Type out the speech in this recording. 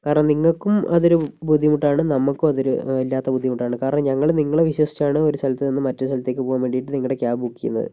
കാരണം നിങ്ങൾക്കും അതൊരു ബുദ്ധിമുട്ടാണ് നമുക്കും അതൊരു വല്ലാത്ത ബുദ്ധിമുട്ടാണ് കാരണം ഞങ്ങൾ നിങ്ങളെ വിശ്വസിച്ചാണ് ഒരു സ്ഥലത്തുനിന്നും മറ്റൊരു സ്ഥലത്തേക്ക് പോകാൻ വേണ്ടിയിട്ട് നിങ്ങളുടെ ക്യാബ് ബുക്ക് ചെയ്തത്